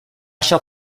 shall